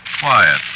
Quiet